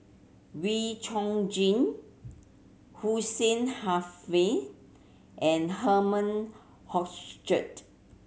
Wee Chong Jin Hussein Haniff and Herman